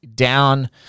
Down